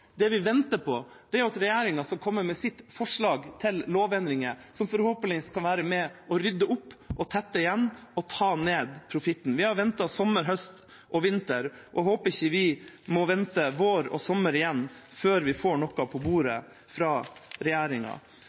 Det vi venter på, er at regjeringa skal komme med sitt forslag til lovendringer, som forhåpentligvis kan være med og rydde opp, tette igjen og ta ned profitten. Vi har ventet sommer, høst og vinter – og håper vi ikke må vente vår og sommer igjen før vi får noe på bordet fra regjeringa.